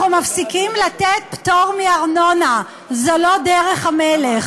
אנחנו מפסיקים לתת פטור מארנונה, זו לא דרך המלך.